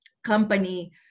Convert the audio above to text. company